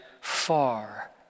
far